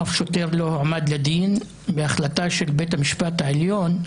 אף שוטר לא הועמד לדין וההחלטה של בית המשפט העליון,